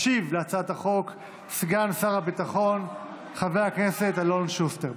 ישיב להצעת החוק סגן שר הביטחון חבר הכנסת אלון שוסטר,